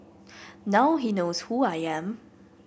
now he knows who I am